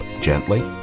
gently